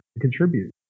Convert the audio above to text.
contribute